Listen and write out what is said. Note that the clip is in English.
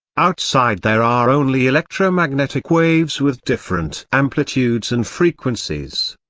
outside there are only electromagnetic waves with different amplitudes and frequencies.